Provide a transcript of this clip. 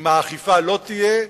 אם האכיפה לא תהיה,